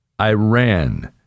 Iran